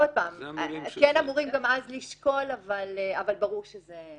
עוד פעם, כן אמורים גם אז לשקול, אבל ברור שיש לזה